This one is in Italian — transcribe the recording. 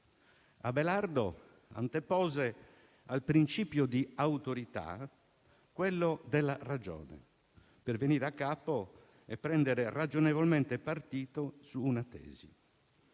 Abelardo antepose al principio di autorità quello della ragione per venire a capo e prendere ragionevolmente partito su una tesi.